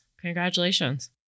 Congratulations